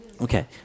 Okay